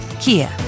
Kia